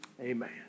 Amen